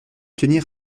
tenir